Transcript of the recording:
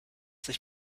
sich